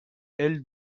aile